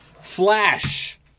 Flash